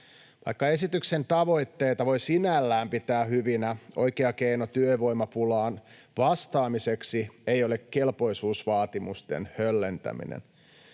Vaikka esityksen tavoitteita voi sinällään pitää hyvinä, oikea keino työvoimapulaan vastaamiseksi ei ole kelpoisuusvaatimusten höllentäminen.